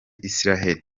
isiraheli